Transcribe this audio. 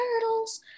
turtles